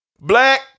Black